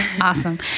Awesome